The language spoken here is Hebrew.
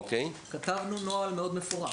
כתבנו נוהל מאוד מפורט.